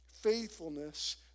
faithfulness